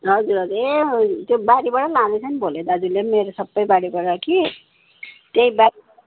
हजुर हजुर ए अँ त्यो बारीबाटै लाँदैछ नि भोले दाजुले पनि मेरो सबै बारीबाट कि त्यही बारीबाट